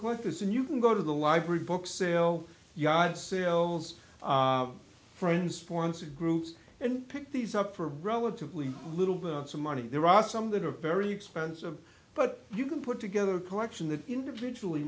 questions and you can go to the library book sale yard sales friends forensic groups and pick these up for relatively little than some money there are some that are very expensive but you can put together a collection that individually